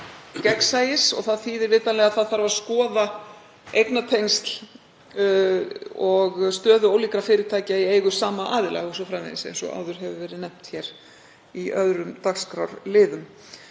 gegnsæis. Það þýðir vitanlega að skoða þarf eignatengsl og stöðu ólíkra fyrirtækja í eigu sama aðila o.s.frv. eins og áður hefur verið nefnt hér í öðrum dagskrárliðum.